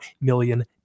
million